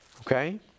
Okay